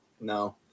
No